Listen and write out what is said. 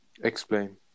Explain